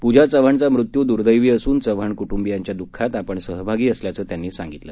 पूजा चव्हाणचा मृत्यू दुर्दैवी असून चव्हाण कुटुंबीयांच्या दुखात आपण सहभागी असल्याचं त्यांनी सांगितलं